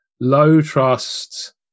low-trust